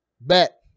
Bet